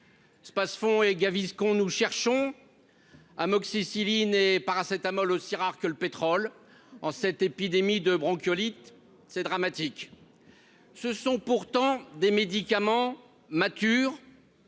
Spasfon et Gaviscon nous cherchons amoxicilline et paracétamol aussi rare que le pétrole en cette épidémie de bronchiolite c'est dramatique ce sont pourtant des médicaments matures